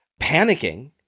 panicking